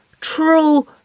true